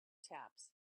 taps